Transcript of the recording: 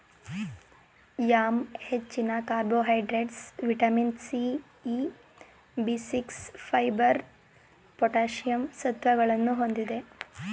yam ಹೆಚ್ಚಿನ carbohydrates, vitamin C, E, B six, fibre, potassium ಸತ್ವಗಳನ್ನು ಹೊಂದಿದೆ